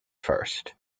first